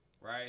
right